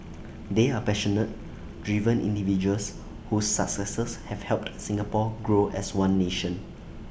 they are passionate driven individuals whose successes have helped Singapore grow as one nation